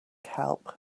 help